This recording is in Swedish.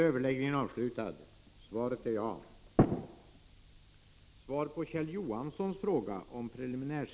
Herr talman!